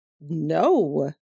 no